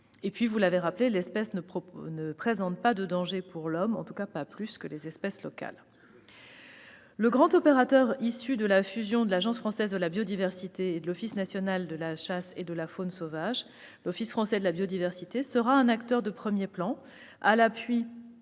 des ruches par encagement. L'espèce ne présente pas de danger pour l'homme, du moins pas plus que les espèces locales. Le grand opérateur issu de la fusion de l'Agence française de la biodiversité, l'AFB, et de l'Office national de la chasse et de la faune sauvage, à savoir l'Office français de la biodiversité, sera un acteur de premier plan, à l'appui